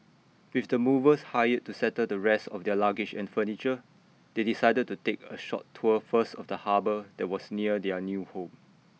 with the movers hired to settle the rest of their luggage and furniture they decided to take A short tour first of the harbour that was near their new home